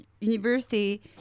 university